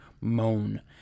moan